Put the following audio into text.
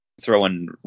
throwing